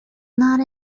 not